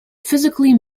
physically